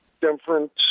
different –